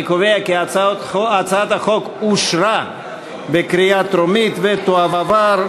אני קובע כי הצעת החוק אושרה בקריאה טרומית ותועבר,